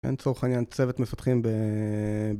אין לצורך העניין צוות מפתחים ב...